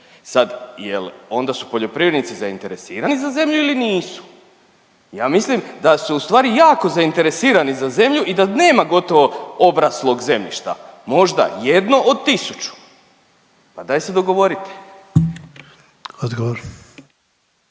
Sad jel onda su poljoprivrednici zainteresirani za zemlju ili nisu? Ja mislim da su u stvari jako zainteresirani za zemlju i da nema gotovo obraslog zemljišta, možda jedno od tisuću. Pa daj se dogovorite.